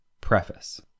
PREFACE